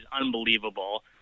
unbelievable